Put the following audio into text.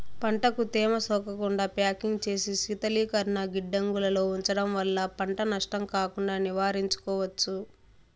పంటకు తేమ సోకకుండా ప్యాకింగ్ చేసి శీతలీకరణ గిడ్డంగులలో ఉంచడం వల్ల పంట నష్టం కాకుండా నివారించుకోవచ్చు